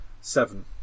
Seven